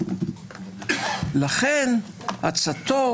לכן עצתו,